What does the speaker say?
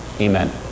Amen